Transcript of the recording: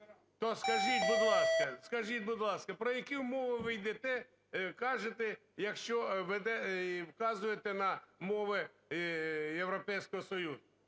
То скажіть, будь ласка, про які мови ви кажете, якщо вказуєте на мови Європейського Союзу?